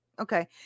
Okay